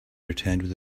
returned